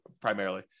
primarily